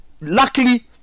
Luckily